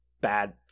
bad